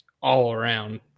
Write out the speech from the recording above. all-around